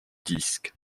disque